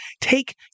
take